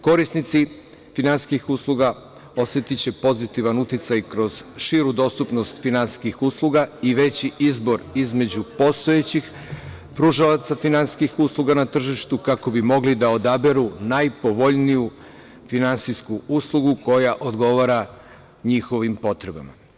Korisnici finansijskih usluga osetiće pozitivan uticaj kroz širu dostupnost finansijskih usluga i veći izbor između postojećih pružalaca finansijskih usluga na tržištu kako bi mogli da odaberu najpovoljniju finansijsku uslugu koja odgovara njihovim potrebama.